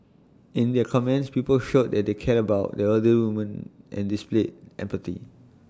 in their comments people showed that they cared about the elderly woman and displayed empathy